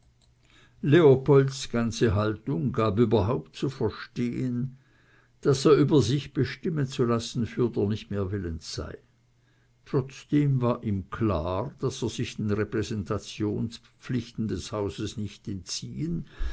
leopolds ganze haltung gab überhaupt zu verstehen daß er über sich bestimmen zu lassen fürder nicht mehr willens sei trotzdem war ihm klar daß er sich den repräsentationspflichten des hauses nicht entziehen